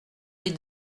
les